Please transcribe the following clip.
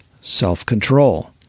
Self-control